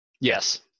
yes